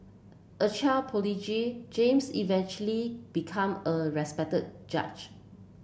a child prodigy James eventually become a judge